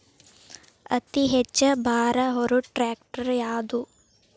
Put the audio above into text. ಅತಿ ಹೆಚ್ಚ ಭಾರ ಹೊರು ಟ್ರ್ಯಾಕ್ಟರ್ ಯಾದು?